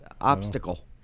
obstacle